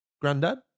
granddad